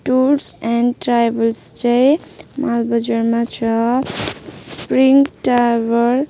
tours and travels चाहिँ मालबजारमा छ स्प्रिङ ट्राभल